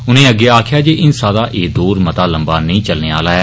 उने अग्गै आक्खेआ जे हिंसा दा एह् दौर मता लम्बा नेईं चलने आला ऐ